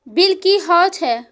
Bill की हौए छै?